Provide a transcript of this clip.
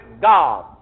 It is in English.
God